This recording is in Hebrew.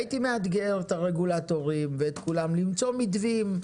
הייתי מאתגר את הרגולטורים ואת כולם למצוא מתווים.